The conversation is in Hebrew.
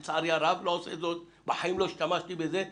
אני אומר זאת בצער רבי כי אני בחיים לא השתמשתי בצעד הזה,